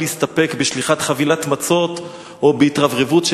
להסתפק בשליחת חבילת מצות או בהתרברבות של,